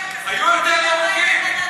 היו יותר הרוגים,